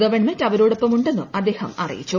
government അവരോടൊപ്പം ഉണ്ടെന്നും അദ്ദേഹം അറിയിച്ചു